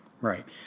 Right